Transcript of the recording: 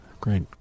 Great